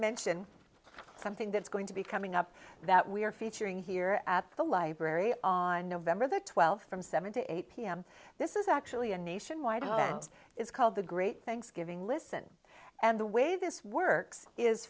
mention something that's going to be coming up that we're featuring here at the library on november twelfth from seven to eight p m this is actually a nationwide hands it's called the great thanksgiving listen and the way this works is